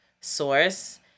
source